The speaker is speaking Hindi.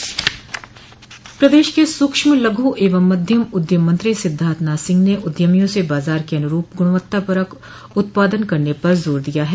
सिद्धार्थनाथ सिंह प्रदेश के सूक्ष्म लघु एवं मध्यम उद्यम मंत्री सिद्धार्थनाथ सिंह ने उद्यमियों से बाजार के अनुरूप गुणवत्तापरक उत्पादन करने पर जोर दिया है